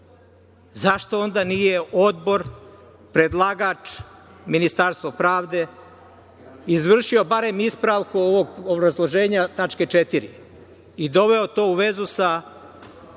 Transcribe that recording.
zašto onda nije odbor, predlagač Ministarstvo pravde, izvršilo barem ispravku ovog obrazloženja tačke IV i doveo to u vezi sa